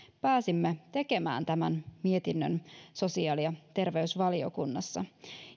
pääsimme tekemään tämän mietinnön sosiaali ja terveysvaliokunnassa